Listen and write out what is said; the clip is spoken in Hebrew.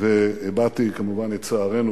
והבעתי כמובן את צערנו,